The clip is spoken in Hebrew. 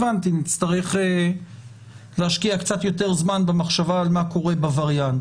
נכנס כרגע להשקפות השונות לגבי מקור הסמכות.